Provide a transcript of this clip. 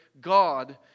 God